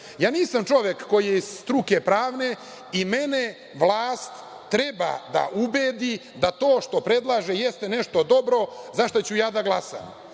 Nisam čovek koji je iz pravne struke i mene vlast treba da ubedi da to što predlaže, jeste nešto dobro za šta ću da glasam.